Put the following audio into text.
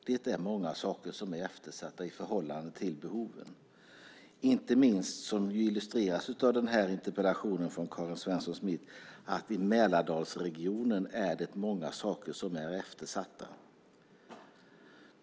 Det är många saker som är eftersatta i förhållande till behoven, inte minst det som illustreras i den här interpellationen från Karin Svensson Smith, nämligen att det i Mälardalsregionen är många saker som är eftersatta.